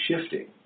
shifting